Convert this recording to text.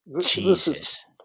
Jesus